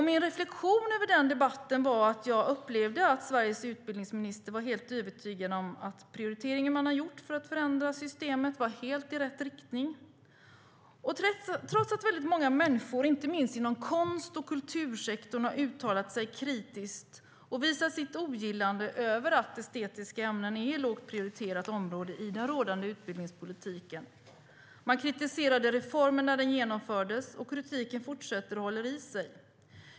Min reflexion över den debatten var att jag upplevde att Sveriges utbildningsminister var helt övertygad om att den prioritering man gjort för att förändra systemet var helt i rätt riktning, trots att väldigt många människor, inte minst inom konst och kultursektorn, har uttalat sig kritiskt och visat sitt ogillande över att estetiska ämnen är lågt prioriterade i den rådande utbildningspolitiken. Man kritiserade reformen när den genomfördes, och kritiken fortsätter att hålla i sig.